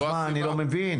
אני לא מבין?